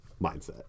mindset